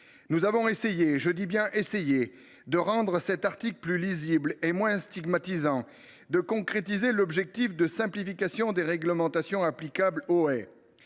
Nous avons essayé – je dis bien : essayé – de rendre cet article plus lisible et moins stigmatisant, et de concrétiser l’objectif de simplification des réglementations applicables aux haies.